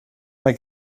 mae